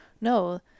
no